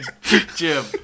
Jim